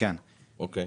כן א.